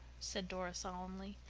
said dora solemnly.